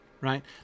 right